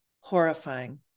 horrifying